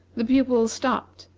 the pupil stopped,